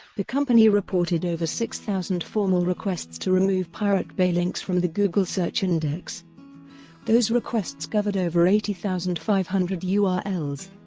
the company reported over six thousand formal requests to remove pirate bay links from the google search index those requests covered over eighty thousand five hundred ah urls,